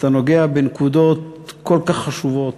ואתה נוגע בנקודות כל כך חשובות,